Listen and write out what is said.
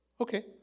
Okay